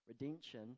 Redemption